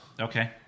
Okay